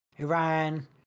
Iran